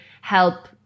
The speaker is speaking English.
help